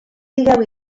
digueu